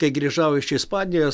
kai grįžau iš ispanijos